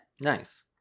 Nice